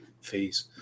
fees